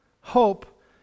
hope